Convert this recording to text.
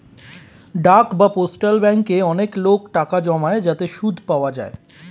ডাক বা পোস্টাল ব্যাঙ্কে অনেক লোক টাকা জমায় যাতে সুদ পাওয়া যায়